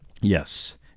Yes